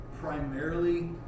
primarily